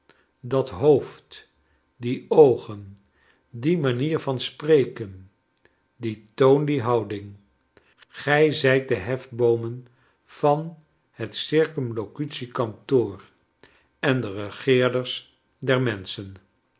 dat hoofd die oogen die manier van spreken die toon die houding gij zijt de hefboomen van het circumlocutiekantoor en de regeerders der menschen